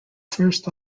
first